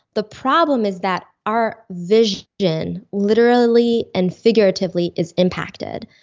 the problem is that our vision literally and figuratively is impacted.